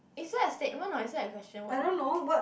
is that a statement or is that a question [what]